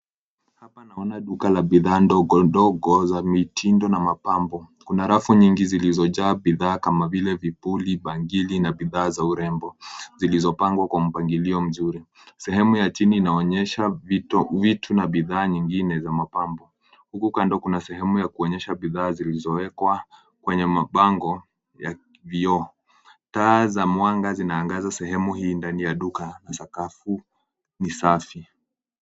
Hapa naona bidhaa la duka ndogo za mitindo na mapambo kuna rafu zilizo jaa bidhaa kama vile vifuli, bangili na bidhaa za urembo zilizo pangwa kwa mpangilio mzuri, sehemu ya chini inaonyesha vitu na bidhaa nyingine za mapambo, huku kando kuna sehemu ya kuonyesha bidhaa zilizo ekwa kwa mabango ya vioo taa za mwanga zina angaza sehemu hii ya duka kubwa, sakafu ni safi.